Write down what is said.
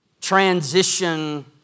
transition